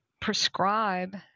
prescribe